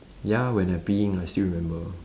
ya when I peeing I still remember